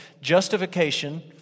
Justification